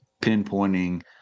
pinpointing